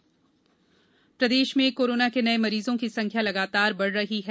corona प्रदेश प्रदेश में कोरोना के नये मरीजों की संख्या लगातार बढ़ रही है